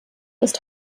ist